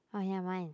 oh ya mine